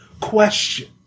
question